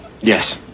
Yes